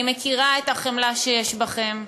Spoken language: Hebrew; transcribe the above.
אני מכירה את החמלה שיש בכם,